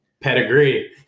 pedigree